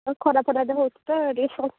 ଖରା ଫରା ଟିକେ ହେଉଛି ତ ଟିକେ